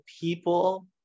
people